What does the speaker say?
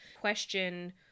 question